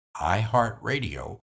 iHeartRadio